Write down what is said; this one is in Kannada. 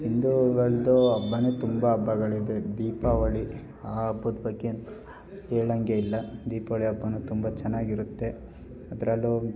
ಹಿಂದುಗಳದ್ದು ಹಬ್ಬನೇ ತುಂಬ ಹಬ್ಬಗಳಿದೆ ದೀಪಾವಳಿ ಆ ಹಬ್ಬದ ಬಗ್ಗೆ ಹೇಳೋಂಗೆ ಇಲ್ಲ ದೀಪಾವಳಿ ಹಬ್ಬನೂ ತುಂಬ ಚೆನ್ನಾಗಿರುತ್ತೆ ಅದ್ರಲ್ಲೂ